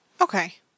okay